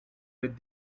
with